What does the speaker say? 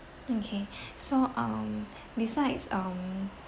okay so um besides um